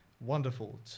wonderful